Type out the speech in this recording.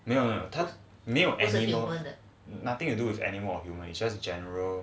没有没有没有 nothing to do with animals is just a general